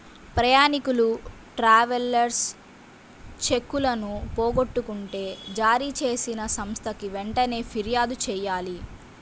ప్రయాణీకులు ట్రావెలర్స్ చెక్కులను పోగొట్టుకుంటే జారీచేసిన సంస్థకి వెంటనే పిర్యాదు చెయ్యాలి